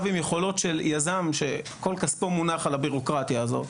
עם יכולות של יזם שכל כספו מונח על הביורוקרטיה הזאת,